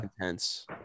intense